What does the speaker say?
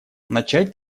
начать